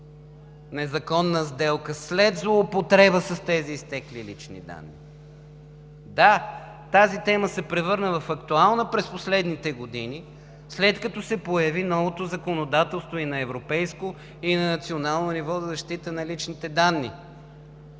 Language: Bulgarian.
незаконна сделка след злоупотреба с тези изтекли лични данни. Да, тази тема се превърна в актуална през последните години, след като се появи новото законодателство и на европейско, и на национално ниво за защита на личните данни.